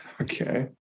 Okay